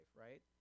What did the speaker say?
right